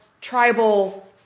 tribal